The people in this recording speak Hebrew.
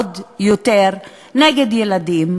עוד יותר נגד ילדים.